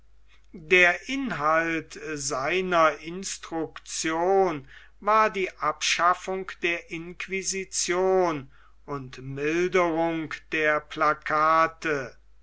der inhalt seiner instruktion war die abschaffung der inquisition und milderung der plakate